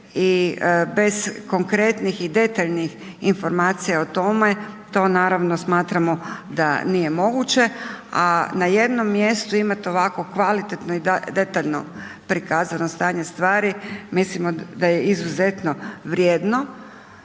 i bez konkretnih i detaljnih informacija o tome, to naravno smatramo da nije moguće a na jednom mjestu imate ovako kvalitetno i detaljno prikazano stanje stvari, mislimo da je izuzetno vrijedno,